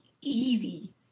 easy